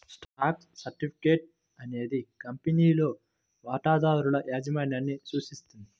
stock certificate అనేది కంపెనీలో వాటాదారుల యాజమాన్యాన్ని సూచిస్తుంది